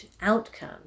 outcome